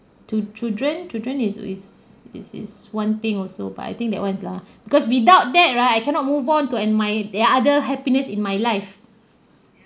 to children children is is is is one thing also but I think that's a must lah because without that right I cannot move on to an~ my the other happiness in my life